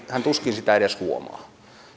hän tuskin sitä edes huomaa